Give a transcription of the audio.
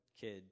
kid